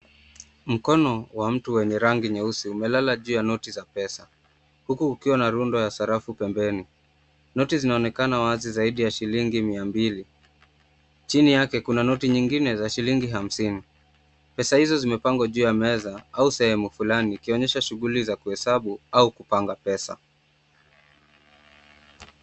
Mkono wa mtu yenye rangi nyeusi umelala juu ya noti za pesa huku kukiwa na runda za sarafu za noti pembeni. Noti zaonekana wazi zaidi ya shillingi mia mbili chini yake, kuna noti nyingine za shillingi hamsini pesa hizo zimepangwa juu ya meza au sehemu fulani ikionyesha shughuli za kuhesabu au kupanga pesa.